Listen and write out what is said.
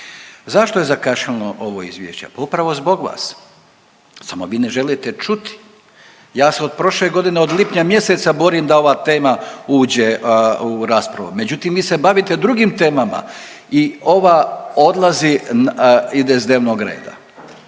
Zašto je zakašnjelo ovo izvješće, pa upravo zbog vas samo vi ne želite čuti. Ja se od prošle godine od lipnja mjeseca borim da ova tema uđe u raspravu. Međutim, vi se bavite drugim temama i ova odlazi ide s dnevnog reda.